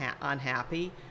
unhappy